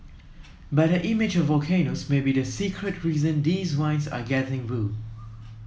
but the image of volcanoes may be the secret reason these wines are getting bu